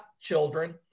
children